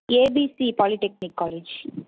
abc polytechnic college